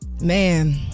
Man